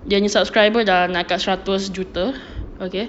dia punya subscriber dah nak dekat seratus juta okay